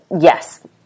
yes